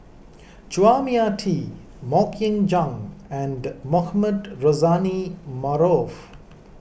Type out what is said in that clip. Chua Mia Tee Mok Ying Jang and Mohamed Rozani Maarof